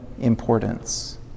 importance